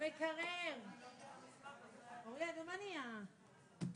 אני גם רוצה להודות לך.